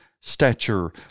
stature